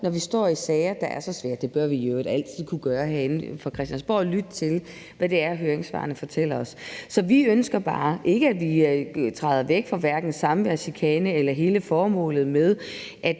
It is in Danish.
når vi står med sager, der er så svære – det bør vi i øvrigt altid gøre herinde på Christiansborg, altså lytte til, hvad det er, høringssvarene fortæller os. Så vi ønsker ikke, at vi træder væk fra hverken samværschikane eller hele formålet med